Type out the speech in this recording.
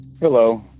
Hello